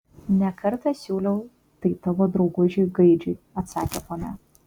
ne kartą siūliau tai tavo draugužiui gaidžiui atsakė ponia